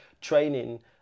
training